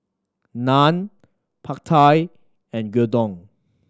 Naan Pad Thai and Gyudon